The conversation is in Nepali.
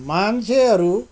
मान्छेहरू